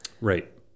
right